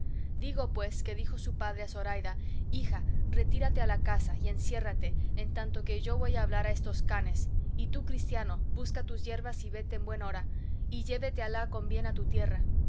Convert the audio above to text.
digo pues que dijo su padre a zoraida hija retírate a la casa y enciérrate en tanto que yo voy a hablar a estos canes y tú cristiano busca tus yerbas y vete en buen hora y llévete alá con bien a tu tierra